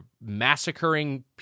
massacring